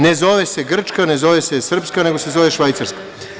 Ne zove se grčka, ne zove se srpska, nego se zove švajcarska.